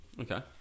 Okay